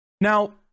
Now